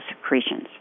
secretions